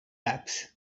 taps